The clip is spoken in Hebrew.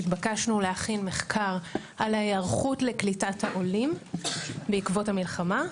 התבקשנו להכין מחקר על ההיערכות לקליטת העולים בעקבות המלחמה.